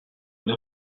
une